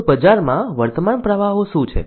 તો બજારમાં વર્તમાન પ્રવાહો શું છે